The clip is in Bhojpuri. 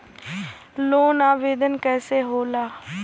लोन आवेदन कैसे होला?